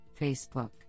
Facebook